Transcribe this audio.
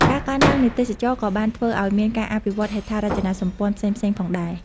ការកើនឡើងនៃទេសចរណ៍ក៏បានធ្វើឲ្យមានការអភិវឌ្ឍន៍ហេដ្ឋារចនាសម្ព័ន្ធផ្សេងៗផងដែរ។